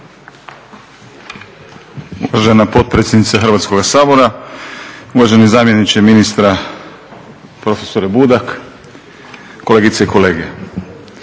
Uvažena potpredsjednice Hrvatskoga sabora, uvaženi zamjeniče ministra, profesore Budak, kolegice i kolege.